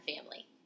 Family